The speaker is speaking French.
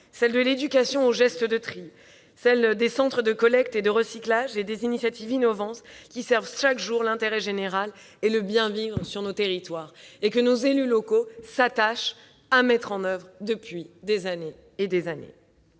celle de l'éducation aux gestes de tri, celle des centres de collecte et de recyclage et des initiatives innovantes qui servent chaque jour l'intérêt général et le bien-vivre sur notre territoire. Oui, nos élus locaux s'attachent à mettre en oeuvre cette politique depuis des années et des années.